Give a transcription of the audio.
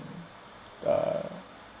the